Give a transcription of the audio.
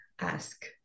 ask